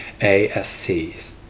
ASCs